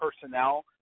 personnel